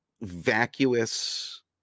vacuous